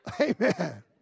Amen